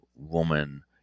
woman